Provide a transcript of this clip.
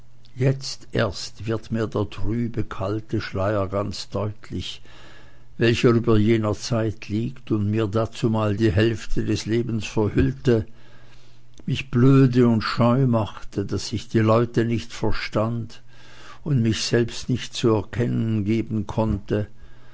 jetzt erst wird mir der trübe kalte schleier ganz deutlich welcher über jener zeit liegt und mir dazumal die hälfte des lebens verhüllte mich blöde und scheu machte daß ich die leute nicht verstand und mich selbst nicht zu erkennen geben konnte